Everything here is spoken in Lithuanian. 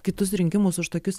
kitus rinkimus už tokius